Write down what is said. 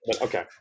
Okay